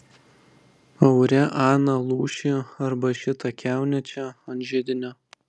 aure aną lūšį arba šitą kiaunę čia ant židinio